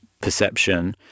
perception